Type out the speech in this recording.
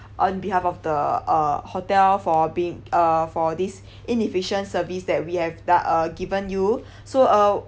on behalf of the uh hotel for being uh for this inefficient service that we have done uh given you so uh